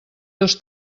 dos